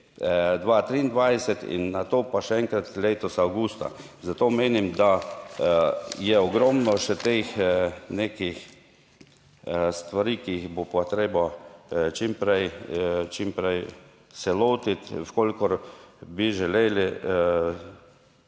2023 in nato pa še enkrat letos avgusta. Zato menim, da je ogromno še teh nekih stvari, ki jih bo pa treba čim prej se lotiti, v kolikor bi želeli